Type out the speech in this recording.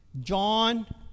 john